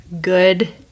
good